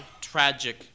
tragic